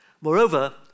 Moreover